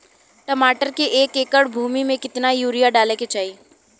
टमाटर के एक एकड़ भूमि मे कितना यूरिया डाले के चाही?